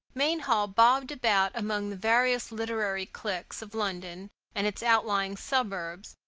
mainhall bobbed about among the various literary cliques of london and its outlying suburbs,